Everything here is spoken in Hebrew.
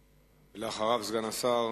אחריו, סגן השר